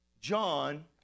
John